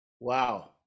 Wow